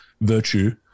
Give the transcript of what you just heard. virtue